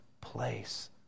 place